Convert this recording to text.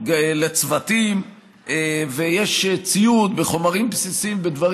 לצוותים ויש ציוד וחומרים בסיסיים ודברים